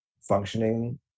functioning